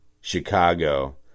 Chicago